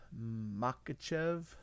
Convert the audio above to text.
Makachev